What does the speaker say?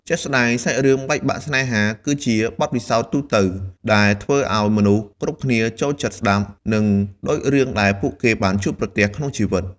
ជាក់ស្តែងសាច់រឿងបែកបាក់ស្នេហា គឺជាបទពិសោធន៍ទូទៅ ដែលធ្វើអោយមនុស្សគ្រប់គ្នាចូលចិត្តស្ដាប់ និងដូចរឿងដែលពួកគេបានជួបប្រទះក្នុងជីវិត។